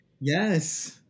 Yes